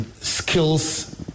Skills